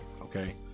Okay